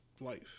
life